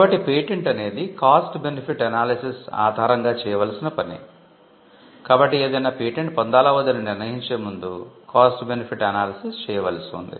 కాబట్టి పేటెంట్ అనేది 'cost benefit analysis' చేయవలసి ఉంది